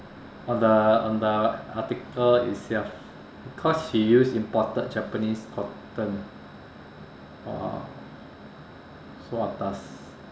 on the on the article itself because she use imported japanese cotton !wah! so atas